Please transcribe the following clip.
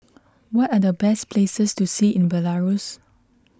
what are the best places to see in Belarus